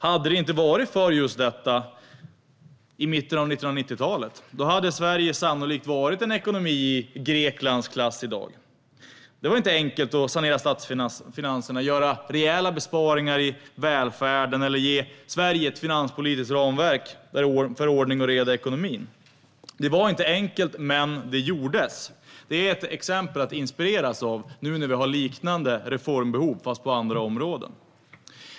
Hade det inte varit för just detta i mitten av 1990-talet hade Sverige sannolikt varit en ekonomi i Greklands klass i dag. Det var inte enkelt att sanera statsfinanserna, att göra rejäla besparingar i välfärden och att ge Sverige ett finanspolitiskt ramverk för ordning och reda i ekonomin. Det var inte enkelt, men det gjordes. Det är ett exempel att inspireras av nu när vi har liknande reformbehov men på andra områden.